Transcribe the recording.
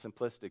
simplistic